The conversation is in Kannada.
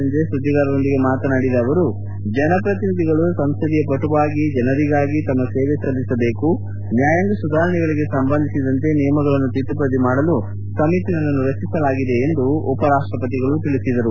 ಸಂಜೆ ಸುದ್ದಿಗಾರರೊಂದಿಗೆ ಮಾತನಾಡಿದ ಅವರು ಜನ ಪ್ರತಿನಿಧಿಗಳು ಸಂಸದೀಯ ಪಟುವಾಗಿ ಜನರಿಗಾಗಿ ತಮ್ಮ ಸೇವೆ ಸಲ್ಲಿಸಬೇಕು ನ್ಯಾಯಾಂಗ ಸುಧಾರಣೆಗಳಿಗೆ ಸಂಬಂಧಿಸಿದಂತೆ ನಿಯಮಗಳನ್ನು ತಿದ್ದುಪದಿ ಮಾಡಲು ಸಮಿತಿಯೊಂದನ್ನು ರಚಿಸಲಾಗಿದೆ ಎಂದು ತಿಳಿಸಿದರು